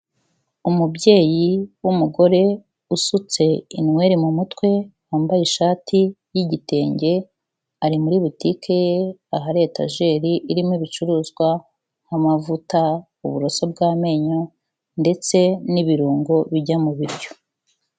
Umubyeyi w'umugore usutse inwere mu mutwe, wambaye ishati y'igitenge, ari muri butike, ahari etajeri irimo ibicuruzwa nk'amavuta, uburoso bw'amenyo ndetse n'ibirungo bijya mu biryo.